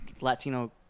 Latino